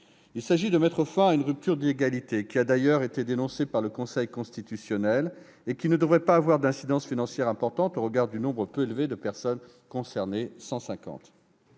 Il s'agit de mettre fin à une rupture d'égalité qui a d'ailleurs été dénoncée par le Conseil constitutionnel et qui ne devrait pas avoir d'incidence financière importante au regard du nombre peu élevé de personnes concernées,